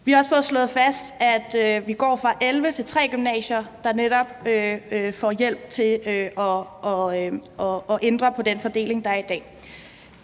Vi har også fået slået fast, at vi går fra 11 til 3 gymnasier, der netop får hjælp til at ændre på den fordeling, der er i dag.